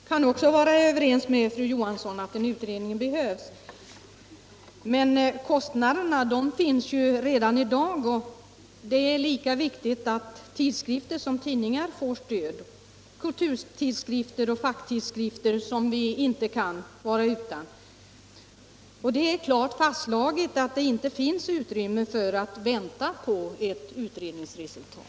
Herr talman! Också jag kan vara överens med fru Johansson om att en utredning behövs, men kostnaderna finns redan i dag, och det är lika viktigt med stöd till tidskrifter som det är att tidningar får stöd. Det gäller kulturtidskrifter och facktidskrifter som vi inte kan vara utan, och det är klart fastslaget att det inte finns utrymme för att vänta på ett utredningsresultat.